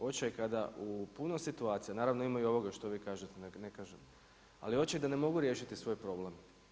Očaj kada u puno situacija, naravno ima i ovoga što vi kažete, ne kažete, ali očito da ne mogu riješiti svoj problem.